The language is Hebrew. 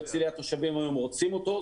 בהרצליה התושבים היום רוצים אותו,